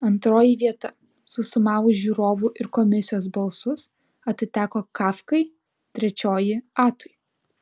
antroji vieta susumavus žiūrovų ir komisijos balsus atiteko kafkai trečioji atui